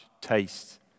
taste